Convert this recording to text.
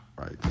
right